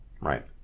Right